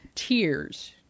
tears